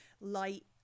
light